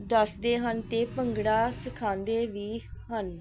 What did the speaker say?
ਦੱਸਦੇ ਹਨ ਅਤੇ ਭੰਗੜਾ ਸਿਖਾਉਂਦੇ ਵੀ ਹਨ